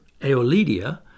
Aeolidia